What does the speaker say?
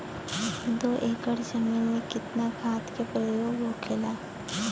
दो एकड़ जमीन में कितना खाद के प्रयोग होखेला?